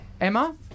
Emma